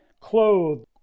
clothed